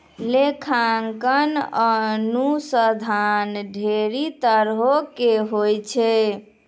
लेखांकन अनुसन्धान ढेरी तरहो के होय छै